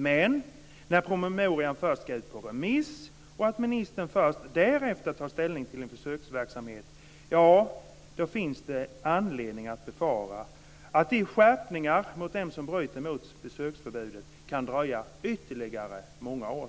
Men när promemorian först ska ut på remiss och ministern först därefter tar ställning till en försöksverksamhet, ja, då finns det anledning att befara att de skärpningar mot dem som bryter mot besöksförbudet kan dröja ytterligare många år,